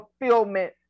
fulfillment